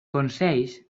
consells